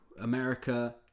America